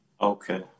Okay